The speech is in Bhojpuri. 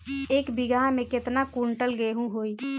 एक बीगहा में केतना कुंटल गेहूं होई?